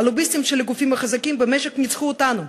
הלוביסטים של הגופים החזקים במשק ניצחו אותנו,